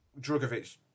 Drogovic